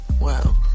Wow